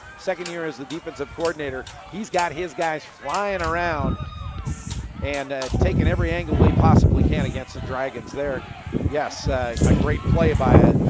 second year as the defensive coordinator, he's got his guys flying around and ah taking every angle they possibly can against the dragons there. and yes ah a great play by a